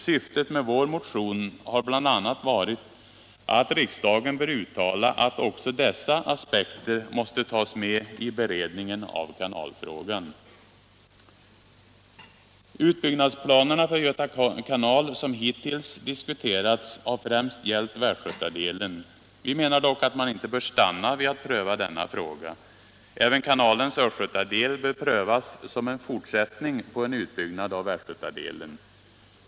Syftet med vår motion har bl.a. varit att riksdagen bör uttala att också dessa aspekter måste tas med i beredningen av kanalfrågan. — Nr 41 Utbyggnadsplanerna för Göta kanal som hittills diskuterats har främst Onsdagen den gällt västgötadelen. Vi menar dock att man inte bör stanna vid att pröva 8 december 1976 denna fråga. Aven kanalens östgötadel bör prövas som en fortsättning på en utbyggnad av västgötadelen.